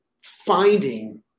finding